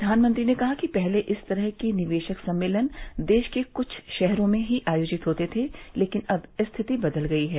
प्रधानमंत्री ने कहा कि पहले इस तरह के निवेशक सम्मेलन देश के कुछ शहरों मे ही आयोजित होते थे लेकिन अब स्थिति बदल गई है